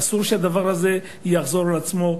אסור שהדבר הזה יחזור על עצמו.